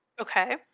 Okay